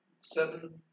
seven